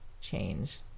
change